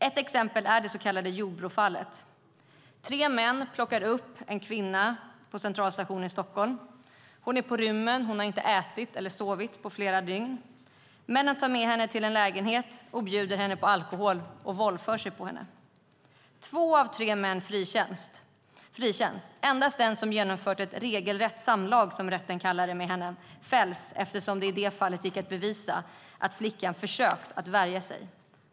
Ett exempel är det så kallade Jordbrofallet. Tre män plockar upp en kvinna på Centralstationen i Stockholm. Hon är på rymmen och har inte ätit eller sovit på flera dygn. Männen tar med henne till en lägenhet, bjuder henne på alkohol och våldför sig på henne. Två av tre män frikänns. Endast den som har genomfört ett regelrätt samlag med henne, som rätten kallar det, fälls, eftersom det i det fallet gick att bevisa att flickan hade försökt värja sig.